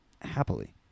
Happily